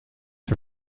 for